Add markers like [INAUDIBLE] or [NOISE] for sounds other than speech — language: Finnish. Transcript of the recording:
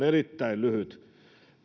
[UNINTELLIGIBLE] erittäin lyhyt